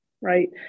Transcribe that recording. right